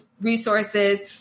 resources